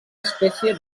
espècie